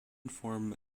form